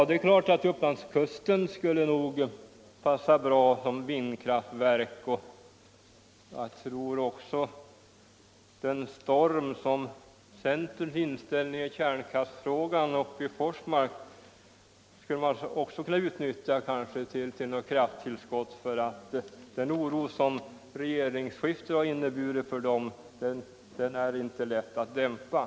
Det är klart att Upplandskusten skulle kunna passa bra för vindkraftverk, och kanske också den storm som centerns inställning i fråga om kärnkraften och Forsmark åstadkommit där skulle kunna utnyttjas som ett krafttillskott. Den oro som regeringsskiftet har väckt hos människorna i den bygden är inte lätt att dämpa.